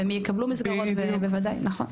ומי יקבלו מסגרות ובוודאי נכון.